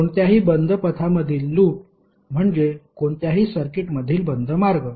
कोणत्याही बंद पथामधील लूप म्हणजे कोणत्याही सर्किटमधील बंद मार्ग